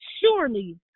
Surely